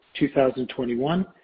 2021